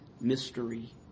mystery